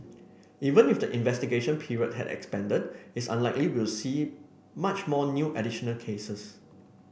even if the investigation period had expanded it's unlikely we'll see much more new additional cases